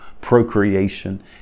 procreation